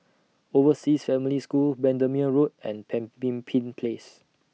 Overseas Family School Bendemeer Road and Pemimpin Place